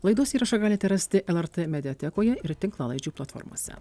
laidos įrašą galite rasti lrt mediatekoje ir tinklalaidžių platformose